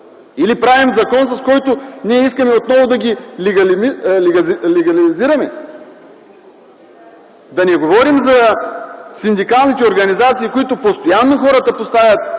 Или правим закон, с който искаме отново да ги легализираме? Да не говорим за синдикалните организации, които постоянно поставят